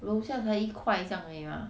楼下的一块这样而已嘛